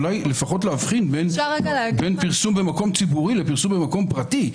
אז אולי לפחות להבחין בין פרסום במקום ציבורי לפרסום במקום פרטי.